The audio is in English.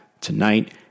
tonight